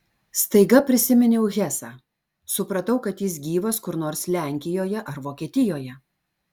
staiga prisiminiau hesą supratau kad jis gyvas kur nors lenkijoje ar vokietijoje